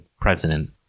president